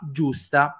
giusta